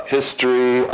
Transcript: History